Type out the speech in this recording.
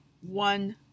one